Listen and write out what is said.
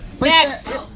next